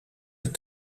het